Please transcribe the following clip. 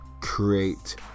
create